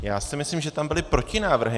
Já si myslím, že tam byly protinávrhy.